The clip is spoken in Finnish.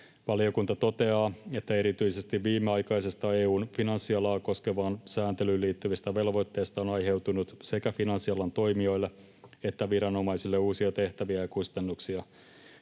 Valiokunta toteaa, että erityisesti viimeaikaisista EU:n finanssialaa koskevaan sääntelyyn liittyvistä velvoitteista on aiheutunut sekä finanssialan toimijoille että viranomaisille uusia tehtäviä ja kustannuksia.